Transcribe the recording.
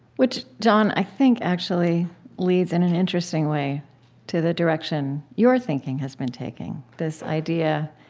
which, jon, i think actually leads in an interesting way to the direction your thinking has been taking, this idea